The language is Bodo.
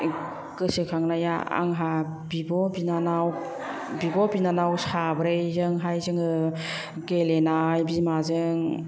गोसोखांनाया आंहा बिब' बिनानाव साब्रैजोंहाय जोङो गेलेनाय बिमाजों